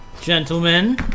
Gentlemen